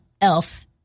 ELF